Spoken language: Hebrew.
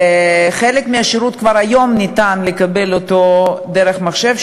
וחלק מהשירות ניתן כבר היום דרך מחשב,